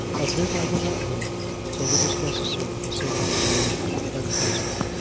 of them i do not know that it is necessary to say much more at present.